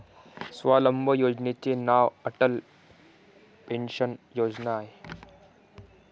स्वावलंबन योजनेचे नाव अटल पेन्शन योजना आहे